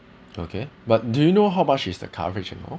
okay but do you know how much is the coverage and all